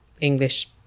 English